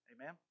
Amen